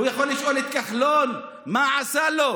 הוא יכול לשאול את כחלון מה עשה לו: